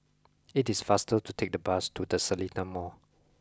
it is faster to take the bus to the Seletar Mall